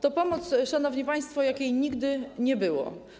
To pomoc, szanowni państwo, jakiej nigdy nie było.